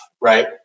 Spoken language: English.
Right